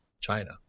China